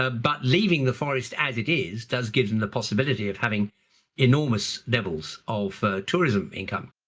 ah but leaving the forest as it is does give them the possibility of having enormous levels of tourism income.